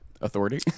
Authority